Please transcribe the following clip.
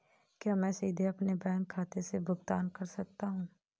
क्या मैं सीधे अपने बैंक खाते से भुगतान कर सकता हूं?